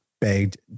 begged